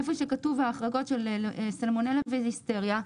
איפה שכתוב ההחרגות של סלמונלה וליסטריה,